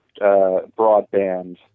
broadband